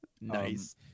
Nice